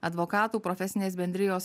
advokatų profesinės bendrijos